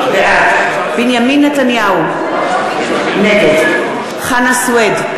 בעד בנימין נתניהו, נגד חנא סוייד,